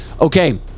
Okay